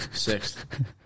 Sixth